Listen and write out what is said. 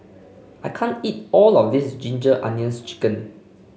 I can't eat all of this Ginger Onions chicken